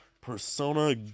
persona